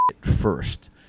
first